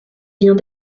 vient